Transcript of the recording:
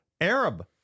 Arab